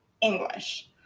english